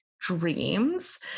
dreams